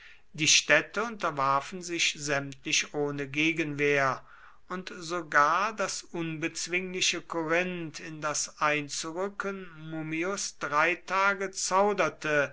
die städte unterwarfen sich sämtlich ohne gegenwehr und sogar das unbezwingliche korinth in das einzurücken mummius drei tage zauderte